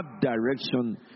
direction